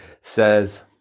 says